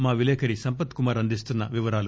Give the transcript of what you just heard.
మా విలేకరి సంపత్ కుమార్ అందిస్తున్న వివరాలు